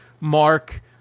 mark